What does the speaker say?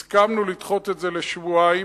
הסכמנו לדחות את זה בשבועיים.